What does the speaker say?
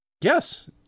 Yes